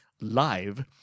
Live